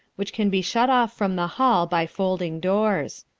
which can be shut off from the hall by folding doors.